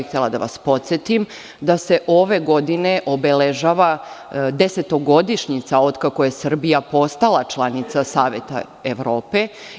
Htela bih da vas podsetim da se ove godine obeležava desetogodišnjica od kako je Srbija postala članica Saveta Evrope.